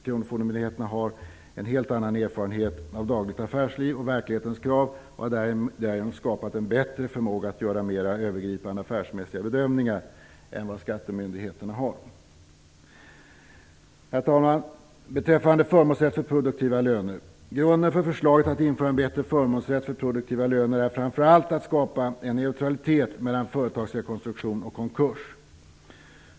Kronofogdemyndigheten har en helt annan erfarenhet av dagligt affärsliv och verklighetens krav och har därigenom skapat en bättre förmåga att göra mera övergripande affärsmässiga bedömningar än vad skattemyndigheten har. Herr talman! Beträffande förmånsrätt för produktiva löner vill jag säga följande. Grunden för förslaget att införa en bättre förmånsrätt för produktiva löner är framför allt att skapa en neutralitet mellan företagsrekonstruktion och konkurs.